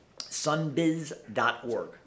Sunbiz.org